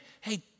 hey